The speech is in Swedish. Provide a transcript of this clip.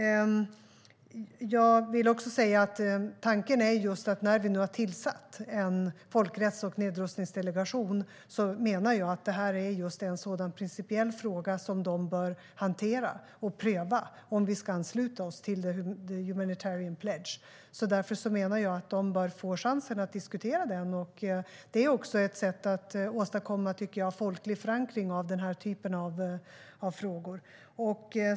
Tanken är ju att när vi nu har tillsatt en folkrätts och nedrustningsdelegation är det just en sådan principiell fråga som delegationen bör hantera och pröva, det vill säga om vi ska ansluta oss till Humanitarian Pledge eller inte. Därför menar jag att delegationen bör få chansen att diskutera det. Det är också ett sätt att åstadkomma folklig förankring i den här typen av frågor.